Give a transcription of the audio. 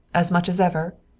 as much as ever?